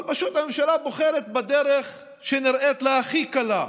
אבל הממשלה פשוט בוחרת בדרך שנראית לה הכי קלה.